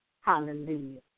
Hallelujah